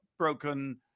Broken